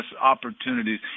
opportunities